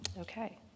Okay